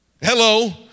Hello